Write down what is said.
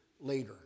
later